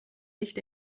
nicht